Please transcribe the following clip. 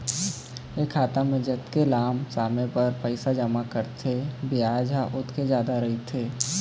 ए खाता म जतके लाम समे बर पइसा जमा करबे बियाज ह ओतके जादा रहिथे